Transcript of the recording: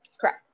Correct